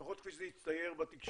לפחות כפי שזה הצטייר בתקשורת,